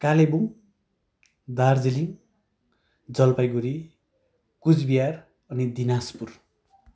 कालेबुङ दार्जिलिङ जलपाइगुडी कुचबिहार अनि दिनाजपुर